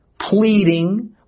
pleading